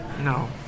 No